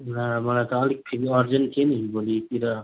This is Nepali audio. ला मलाई त अलिक फेरि अर्जेन्ट थियो नि फेरि भोलितिर